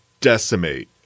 decimate